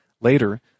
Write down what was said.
Later